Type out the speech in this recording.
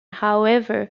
however